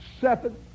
Seven